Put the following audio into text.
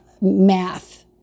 math